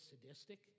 sadistic